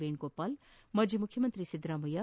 ವೇಣುಗೋಪಾಲ ಮಾಜಿ ಮುಖ್ಯಮಂತ್ರಿ ಸಿದ್ದರಾಮಯ್ಯ